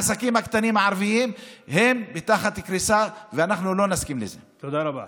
לעיתים בתוך האירועים אנחנו עוסקים בעצים אך לא רואים את היער.